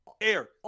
air